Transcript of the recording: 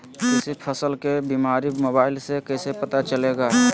किसी फसल के बीमारी मोबाइल से कैसे पता चलेगा?